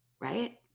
Right